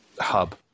hub